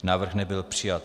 Návrh nebyl přijat.